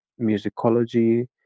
Musicology